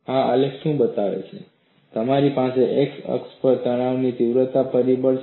આ આલેખ શું બતાવે છે તમારી પાસે x અક્ષ પર તણાવની તીવ્રતા પરિબળ છે